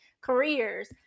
careers